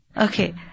Okay